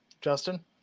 Justin